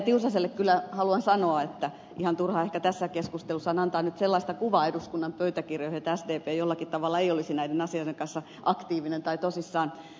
tiusaselle kyllä haluan sanoa että ihan turhaa ehkä tässä keskustelussa on antaa nyt sellaista kuvaa eduskunnan pöytäkirjoihin että sdp jollakin tavalla ei olisi näiden asioiden kanssa aktiivinen tai tosissaan